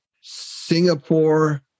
Singapore